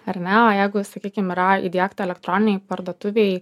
ar ne o jeigu sakykim yra įdiegta elektroninėj parduotuvėj